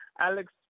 Alex